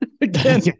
again